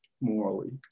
morally